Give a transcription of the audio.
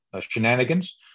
shenanigans